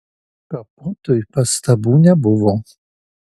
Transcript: kapotui pastabų nebuvo